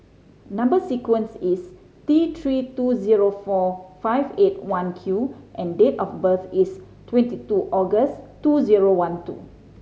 number sequence is T Three two zero four five eight one Q and date of birth is twenty two August two zero one two